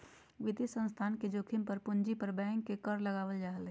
वित्तीय संस्थान के जोखिम पर पूंजी पर बैंक के कर लगावल जा हय